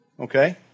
Okay